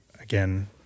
again